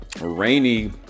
rainy